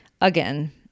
again